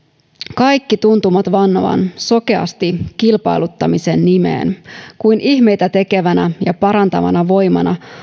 kaikki tuntuvat vannovan sokeasti kilpailuttamisen nimeen kuin ihmeitä tekevään ja ja parantavaan voimaan